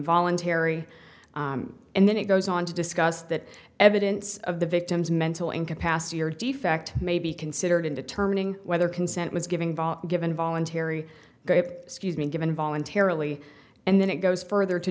voluntary and then it goes on to discuss that evidence of the victim's mental incapacity or defect may be considered in determining whether consent was giving bar given voluntary great excuse me given voluntarily and then it goes further to